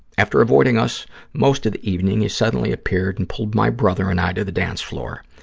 after avoiding us most of the evening, he suddenly appeared and pulled my brother and i to the dance floor.